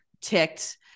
ticked